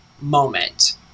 moment